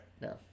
No